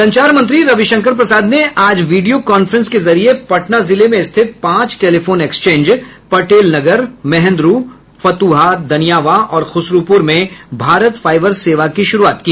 संचार मंत्री रविशंकर प्रसाद ने आज वीडियो कांफ्रेंस के जरिये पटना जिले में स्थित पांच टेलीफोन एक्सचेंज पटेलनगर महेन्द्र फतुहा दनियावां और खुसरूपुर में भारत फाईबर सेवा की शुरूआत की